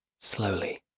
slowly